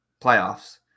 playoffs